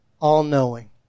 all-knowing